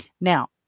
Now